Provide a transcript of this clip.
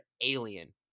alien